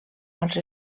als